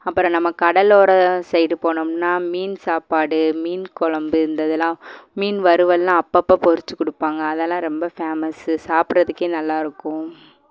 அப்புறம் நம்ம கடலோர சைடு போனோம்னால் மீன் சாப்பாடு மீன் குழம்பு இந்த இதெல்லாம் மீன் வறுவல்லாம் அப்பப்போ பொரிச்சி கொடுப்பாங்க அதெல்லாம் ரொம்ப ஃபேமஸ்ஸு சாப்பிட்றதுக்கே நல்லா இருக்கும்